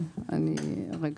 רגע.